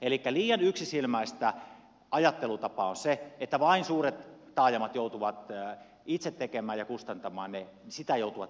elikkä liian yksisilmäistä ajattelutapaa on se että vain suuret taajamat joutuvat itse tekemään ja kustantamaan ne sitä joutuvat tekemään kaikki